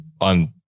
on